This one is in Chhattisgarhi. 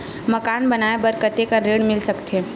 मकान बनाये बर कतेकन ऋण मिल सकथे?